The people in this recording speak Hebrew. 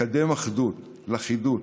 לקדם אחדות, לכידות,